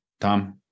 tom